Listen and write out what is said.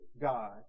God